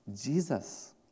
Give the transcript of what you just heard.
Jesus